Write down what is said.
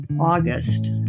august